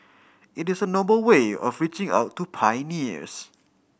it is a noble way of reaching out to pioneers